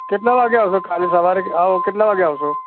કેટલા વાગે આવશો કાલે સવારે આવો કેટલા વાગે આવશો